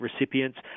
recipients